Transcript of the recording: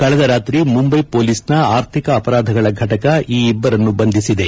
ಕಳೆದ ರಾತ್ರಿ ಮುಂಬೈ ಪೊಲೀಸ್ನ ಆರ್ಥಿಕ ಅಪರಾಧಗಳ ಫಟಕ ಈ ಇಬ್ಬರನ್ನು ಬಂಧಿಸಿದೆ